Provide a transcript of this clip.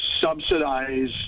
Subsidize